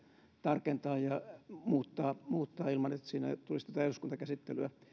tarkentaa ja muuttaa ilman että siinä tulisi tätä eduskuntakäsittelyä